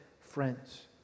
friends